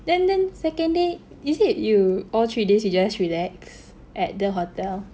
then then second day is it you all three days you just relax at the hotel